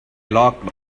locked